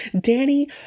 Danny